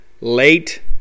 late